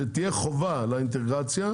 שתהיה חובה לאינטגרציה,